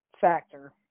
factor